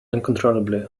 uncontrollably